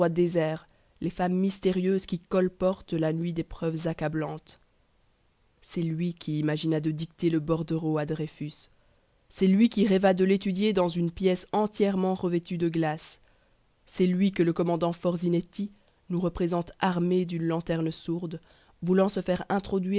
déserts les femmes mystérieuses qui colportent de nuit des preuves accablantes c'est lui qui imagina de dicter le bordereau à dreyfus c'est lui qui rêva de l'étudier dans une pièce entièrement revêtue de glaces c'est lui que le commandant forzinetti nous représente armé d'une lanterne sourde voulant se faire introduire